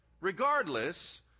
Regardless